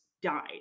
died